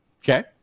Okay